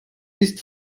ist